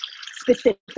specific